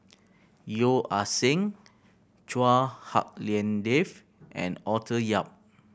Yeo Ah Seng Chua Hak Lien Dave and Arthur Yap